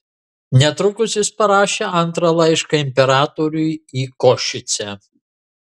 netrukus jis parašė antrą laišką imperatoriui į košicę